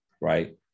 right